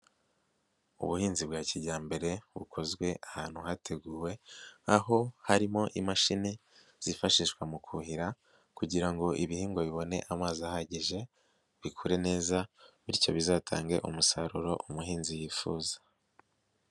Ubuhinzi bwa kijyambere bukozwe ahantu hateguwe aho harimo imashini zifashishwa mu kuhira kugira ngo ibihingwa bibone amazi ahagije bikure neza bityo bizatange umusaruro umuhinzi yifuza.